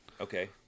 Okay